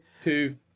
Two